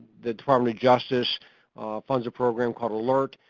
the department of justice funds a program called alert,